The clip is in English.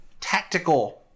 tactical